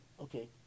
okay